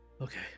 Okay